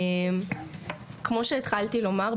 כמו שהתחלתי לומר,